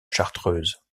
chartreuse